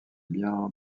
bien